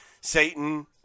Satan